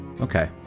Okay